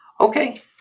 Okay